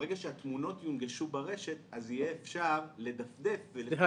ברגע שהתמונות יונגשו ברשת אז יהיה אפשר לדפדף --- סליחה,